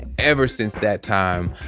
ever since that time,